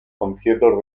conciertos